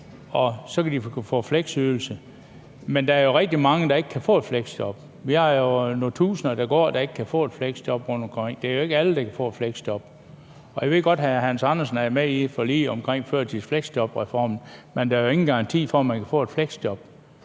vil de kunne få fleksydelse. Men der er jo rigtig mange, der ikke kan få et fleksjob. Vi har jo nogle tusinder, der går rundtomkring og ikke kan få et fleksjob. Det er jo ikke alle, der kan få et fleksjob. Jeg ved godt, at hr. Hans Andersen er med i et forlig omkring førtids- og fleksjobreform, men der er jo ingen garanti for, at man kan få et fleksjob.